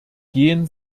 gehen